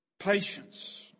patience